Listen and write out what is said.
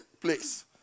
place